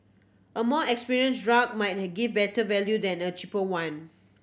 a more drug might give better value than a cheaper one